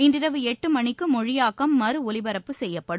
இன்றிரவு எட்டு மணிக்கு மொழியாக்கம் மறுஒலிபரப்பு செய்யப்படும்